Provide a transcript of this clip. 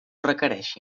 requereixi